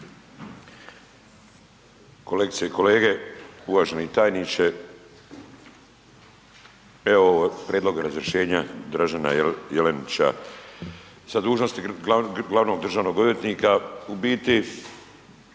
Kolegice i kolege, uvaženi tajniče, evo Prijedloga razrješenja Dražena Jelenića sa dužnosti glavnog državnog odvjetnika, u biti